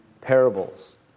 parables